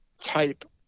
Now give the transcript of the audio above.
type